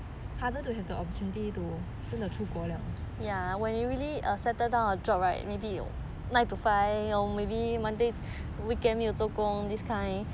harder to have the opportunity to 真的出国了